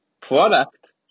product